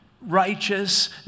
righteous